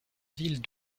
villes